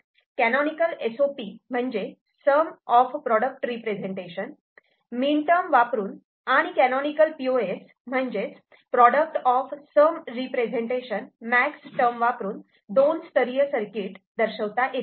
canonical S O P म्हणजे sum of product representation min term वापरून आणि canonical P O S म्हणजेच product of sum representation max term वापरून दोन स्तरीय सर्किट दर्शवता येते